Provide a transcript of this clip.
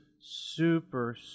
super